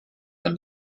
man